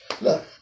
Look